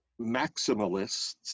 maximalists